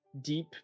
deep